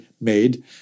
made